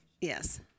Yes